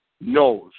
knows